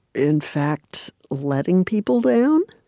in fact, letting people down?